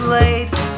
late